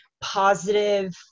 positive